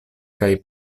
kaj